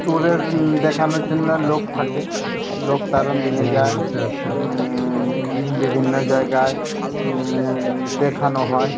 স্ট্যুরের দেখানোর জন্য লোক থাকে লোক তারা নিয়ে যায় বিভিন্ন জায়গায় দেখানো হয়